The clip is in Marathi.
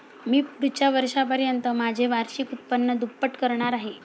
मी पुढच्या वर्षापर्यंत माझे वार्षिक उत्पन्न दुप्पट करणार आहे